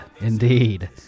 indeed